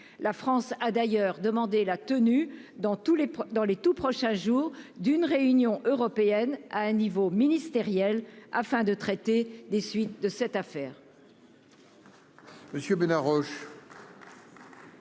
La France a d'ailleurs demandé la tenue dans les tout prochains jours d'une réunion européenne à un niveau ministériel afin de traiter des suites de cette affaire.